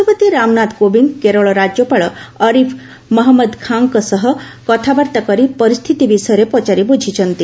ରାଷ୍ଟ୍ରପତି ରାମନାଥ କୋବିନ୍ଦ କେରଳ ରାଜ୍ୟପାଳ ଅରିଫ ମହମ୍ମଦ ଖାଁଙ୍କ ସହ କଥାବାର୍ତ୍ତା କରି ପରିସ୍ଥିତି ବିଷୟରେ ପଚାରି ବୁଝିଛନ୍ତି